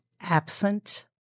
absent